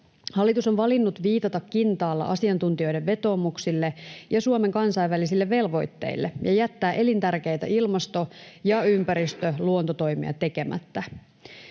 Hallitus on valinnut viitata kintaalla asiantuntijoiden vetoomuksille ja Suomen kansainvälisille velvoitteille ja jättää elintärkeitä ilmasto-, ympäristö- ja luontotoimia tekemättä.